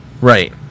Right